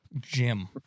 Jim